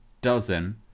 dozen